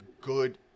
good